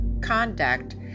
conduct